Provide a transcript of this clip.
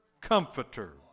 comforter